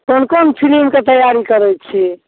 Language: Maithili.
कोन कोन फिल्मके तैआरी करै छी